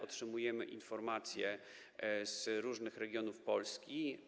Otrzymujemy informacje z różnych regionów Polski.